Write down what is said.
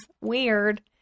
weird